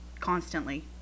constantly